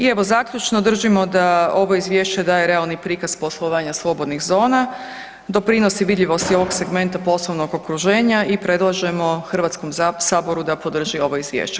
I evo zaključno, držimo da ovo izvješće daje realni prikaz poslovanja slobodnih zona, doprinosi vidljivosti ovog segmenta poslovnog okruženja i predlažemo Hrvatskom saboru da podrži ovo izvješće.